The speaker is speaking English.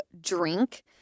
drink